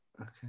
Okay